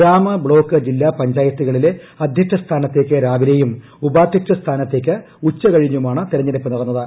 ഗ്രാമ ബ്ലോക്ക് ജില്ലാ പഞ്ചായത്തുകളിലെ അദ്ധ്യക്ഷ സ്ഥാനത്തേക്ക് രാവിലെയും ഉപാധ്യക്ഷ സ്ഥാനത്തേക്ക് ഉച്ച കഴിഞ്ഞുമാണ് തെരഞ്ഞെടുപ്പ് നടന്നത്